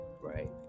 Right